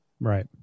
right